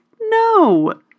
No